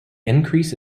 increase